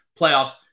playoffs